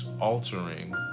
altering